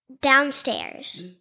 downstairs